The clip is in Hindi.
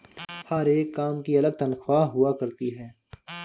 हर एक काम की अलग तन्ख्वाह हुआ करती है